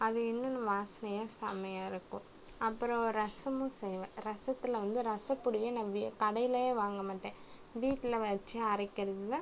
அது இன்னும் வாசனையாக செமையாக இருக்கும் அப்புறம் ரசமும் செய்வேன் ரசத்தில் வந்து ரசப் பொடிய நான் வீ கடையிலேயே வாங்க மாட்டேன் வீட்டில் வச்சு அரைக்கின்றது தான்